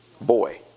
boy